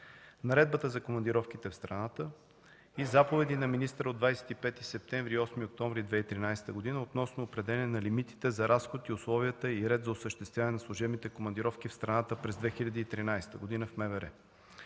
Наредбата за командировките в страната и заповеди на министъра от 25 септември и 8 октомври 2013 г. относно определяне на лимитите за разход и условията и реда за осъществяване на служебните командировки в страната през 2013 г. в МВР.